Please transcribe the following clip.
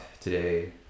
today